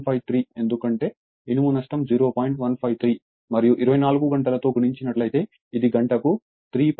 153 మరియు 24 గంటల తో గుణించినట్లయితే ఇది గంటకు 3